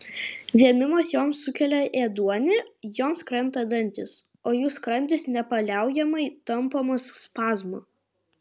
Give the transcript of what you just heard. vėmimas joms sukelia ėduonį joms krenta dantys o jų skrandis nepaliaujamai tampomas spazmų